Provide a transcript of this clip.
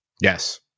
Yes